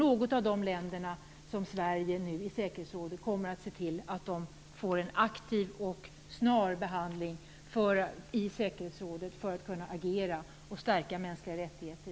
Kommer Sverige att agera i säkerhetsrådet för att något av de länderna får en aktiv och snar behandling för att stärka mänskliga rättigheter?